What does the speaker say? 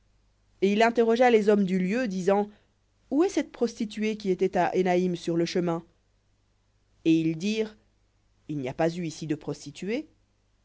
et il interrogea les hommes du lieu disant où est cette prostituée qui était à énaïm sur le chemin et ils dirent il n'y a pas eu ici de prostituée